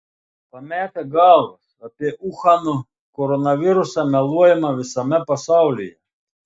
pametę galvas apie uhano koronavirusą meluojama visame pasaulyje